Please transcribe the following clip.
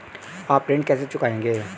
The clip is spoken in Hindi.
आप ऋण कैसे चुकाएंगे?